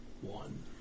one